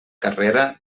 carrera